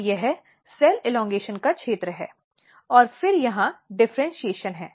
और यह cell elongation का क्षेत्र है और फिर यहां डिफ़र्इन्शीएशन है